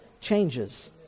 changes